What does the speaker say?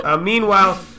Meanwhile